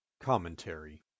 Commentary